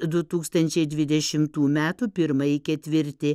du tūkstančiai dvidešimtų metų pirmąjį ketvirtį